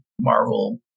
Marvel